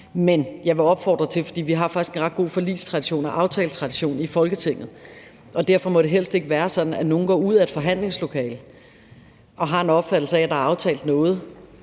Men jeg vil opfordre til noget. For vi har faktisk en ret god forligstradition og aftaletradition i Folketinget, og derfor må det helst ikke være sådan, at nogle går ud af et forhandlingslokale og har en opfattelse af, at der er aftalt noget,